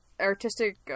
artistic